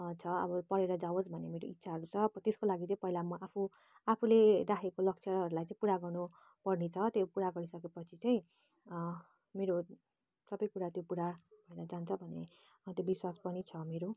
छ अब पढेर जाओस् भन्ने मेरो इच्छाहरू छ त्यसको लागि चाहिँ पहिला म आफू आफूले राखेको लक्ष्यहरूलाई पुरा गर्नुपर्नेछ त्यो पुरा गरिसकेपछि चाहिँ मेरो सबै कुरा त्यो पुरा भएर जान्छ भन्ने त्यो विश्वास पनि छ मेरो